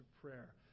prayer